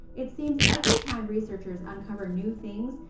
it seems every time researchers uncover new things,